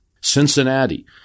Cincinnati